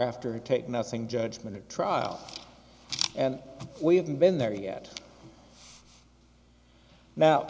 after a take nothing judgment or trial and we haven't been there yet now